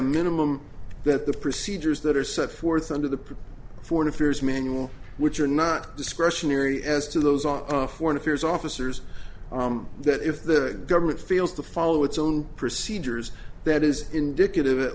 minimum that the procedures that are set forth under the proposed foreign affairs manual which are not discretionary as to those off foreign affairs officers that if the government fails to follow its own procedures that is indicative at